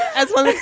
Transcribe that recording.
as well.